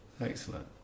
Excellent